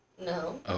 No